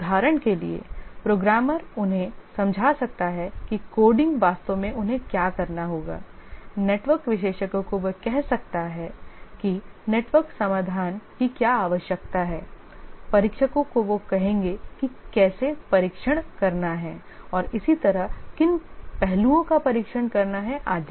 उदाहरण के लिए प्रोग्रामर उन्हें समझा सकता है कि कोडिंग वास्तव में उन्हें क्या करना होगा नेटवर्क विशेषज्ञ को वह कह सकता है कि नेटवर्क समाधान की क्या आवश्यकता है परीक्षकों को वह कहेंगे कि कैसे परीक्षण करना है और इसी तरह किन पहलुओं का परीक्षण करना है आदि